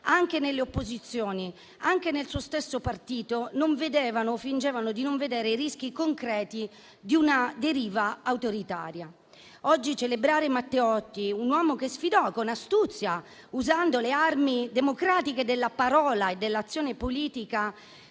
anche nelle opposizioni, anche nel suo stesso partito, non vedevano o fingevano di non vedere i rischi concreti di una deriva autoritaria. Oggi celebrare Matteotti, un uomo che sfidò con astuzia il regime, usando le armi democratiche della parola e dell'azione politica,